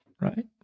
right